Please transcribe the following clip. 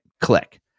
click